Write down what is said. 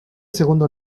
segundo